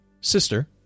Sister